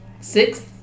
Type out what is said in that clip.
Six